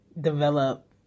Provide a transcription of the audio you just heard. develop